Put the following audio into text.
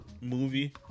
movie